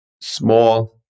small